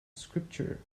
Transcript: scripture